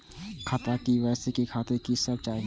खाता के के.वाई.सी करे खातिर की सब चाही?